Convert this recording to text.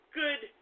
good